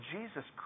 Jesus